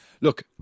Look